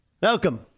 Welcome